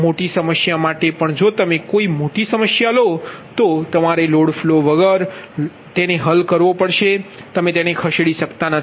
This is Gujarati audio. મોટી સમસ્યા માટે પણ જો તમે કોઈ મોટી સમસ્યા લો છો તો તમારે લોડ ફ્લો વગર લોડ ફ્લો હલ કરવો પડશે તમે તેને ખસેડી શકતા નથી